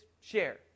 share